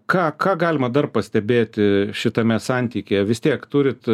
ką ką galima dar pastebėti šitame santykyje vis tiek turit